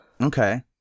okay